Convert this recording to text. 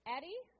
Eddie